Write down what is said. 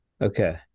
Okay